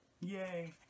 Yay